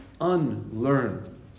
unlearn